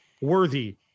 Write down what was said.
worthy